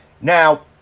Now